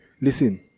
listen